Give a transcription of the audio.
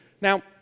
Now